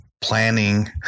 planning